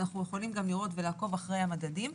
ואנחנו גם יכולים לעקוב אחרי המדדים.